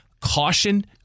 caution